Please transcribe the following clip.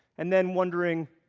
and then wondering,